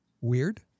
Weird